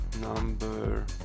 number